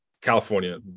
California